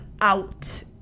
out